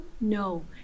No